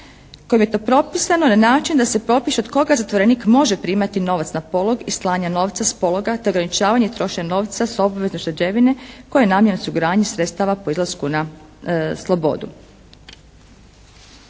kojim je to propisano na način da se propiše od koga zatvorenik može primati novac na polog i slanja novca s pologa, te ograničavanje i trošenje novca s obvezne ušteđevine koja je namijenjena osiguranju sredstava po izlasku na slobodu.